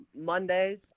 Mondays